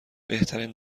بهترین